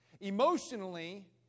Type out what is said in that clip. Emotionally